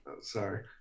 Sorry